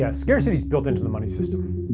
yeah scarcity is built into the money system,